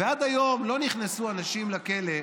ועד היום לא נכנסו אנשים לכלא,